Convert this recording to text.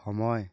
সময়